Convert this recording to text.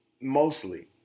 mostly